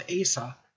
Asa